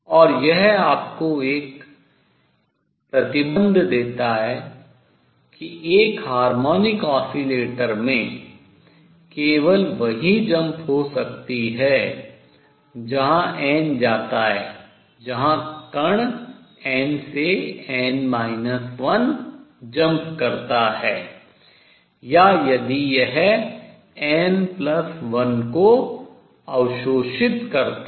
और यह आपको एक प्रतिबंध देता है कि एक हार्मोनिक ऑसिलेटर में केवल वही jump हो सकती है जहां n जाता है जहां कण n से n 1 jump करता है या यदि यह n1 को अवशोषित करता है